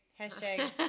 Hashtag